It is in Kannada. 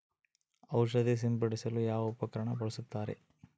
ಔಷಧಿ ಸಿಂಪಡಿಸಲು ಯಾವ ಉಪಕರಣ ಬಳಸುತ್ತಾರೆ?